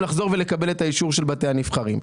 לחזור ולקבל את האישור של בתי הנבחרים.